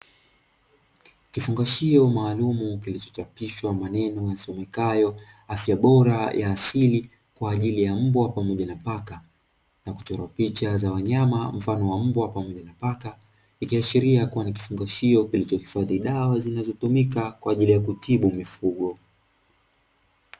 Kifungashio maalumu kilichochapishwa maneno yasomekayo "afya bora ya asili kwa ajili ya mbwa na paka" nakuchorwa picha mfano wa mbwa na paka. Ikiashiria kuwa ni kifungashio kilichohifadhi dawa zinazotumika kwa ajili ya kutibu mifugo.